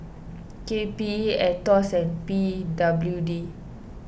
K P E Aetos P W D